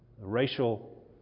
racial